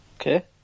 Okay